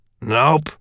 Nope